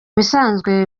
bisanzwe